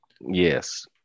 yes